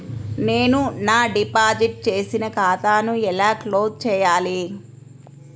నేను నా డిపాజిట్ చేసిన ఖాతాను ఎలా క్లోజ్ చేయాలి?